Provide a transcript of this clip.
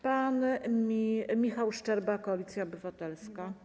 Pan Michał Szczerba, Koalicja Obywatelska.